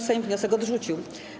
Sejm wniosek odrzucił.